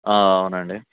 అవునండి